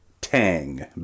Tang